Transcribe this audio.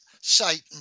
Satan